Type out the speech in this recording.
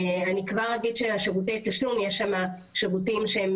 אני כבר אגיד שבישרותי התשלום יש שירותים שהם